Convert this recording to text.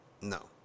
No